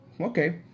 Okay